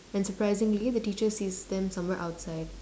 and surprisingly the teacher sees them somewhere outside